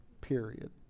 period